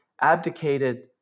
abdicated